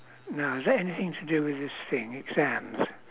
now is there anything to do with this thing exams